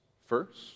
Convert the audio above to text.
first